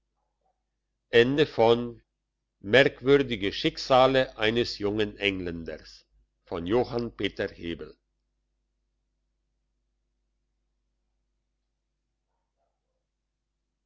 merkwürdige schicksale eines jungen engländers